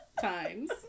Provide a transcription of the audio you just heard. times